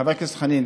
חבר הכנסת חנין,